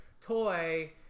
toy